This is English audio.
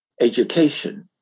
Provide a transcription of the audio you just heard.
education